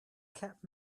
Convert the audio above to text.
kept